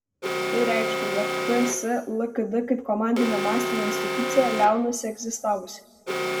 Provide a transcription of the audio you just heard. tai reikštų jog ts lkd kaip komandinio mąstymo institucija liaunasi egzistavusi